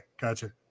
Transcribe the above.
gotcha